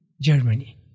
Germany